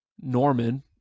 Norman